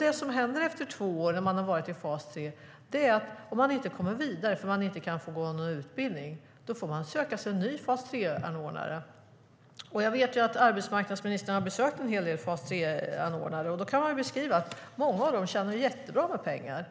Det som händer om man inte kommer vidare från fas 3 för att man inte får gå någon utbildning är att man efter två år får söka sig en ny fas 3-anordnare. Jag vet att arbetsmarknadsministern har besökt en hel del fas 3-anordnare. Många av dem tjänar jättebra med pengar.